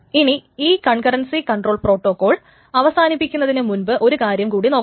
ഇനി ഈ concurrency control protocol അവസാനിപ്പിക്കുന്നതിനു മുൻപ് ഒരു കാര്യം കൂടി നോക്കണം